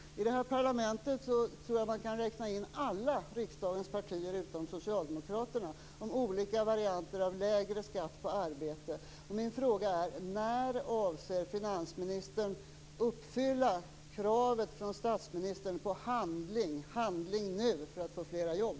Jag tror att man i detta parlament kan räkna med alla riksdagspartier utom Socialdemokraterna när det gäller olika varianter av lägre skatt på arbete. Min fråga är: När avser finansministern uppfylla kravet från statsministern på handling, handling nu för att få flera jobb?